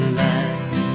land